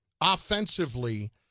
offensively